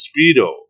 Speedo